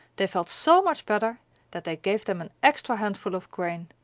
they felt so much better that they gave them an extra handful of grain,